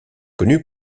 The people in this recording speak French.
connu